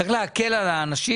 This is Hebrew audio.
צריך להקל על האנשים,